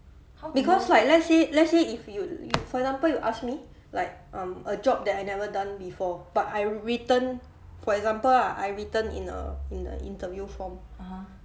because like let's say let's say if you you for example you ask me like um a job that I never done before but I written for example ah I written in a in the interview form